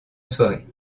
soirée